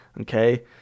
Okay